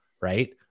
right